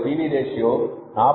B V ratio 49